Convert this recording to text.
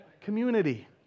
community